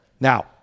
Now